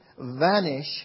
vanish